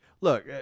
Look